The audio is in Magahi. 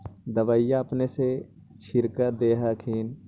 दबइया अपने से छीरक दे हखिन?